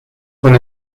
con